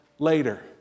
Later